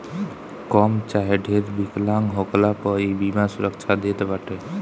कम चाहे ढेर विकलांग होखला पअ इ बीमा सुरक्षा देत बाटे